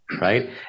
right